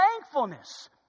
Thankfulness